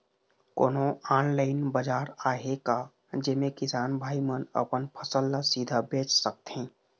कोन्हो ऑनलाइन बाजार आहे का जेमे किसान भाई मन अपन फसल ला सीधा बेच सकथें?